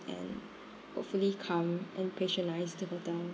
and hopefully come and patronise the hotel